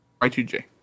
Y2J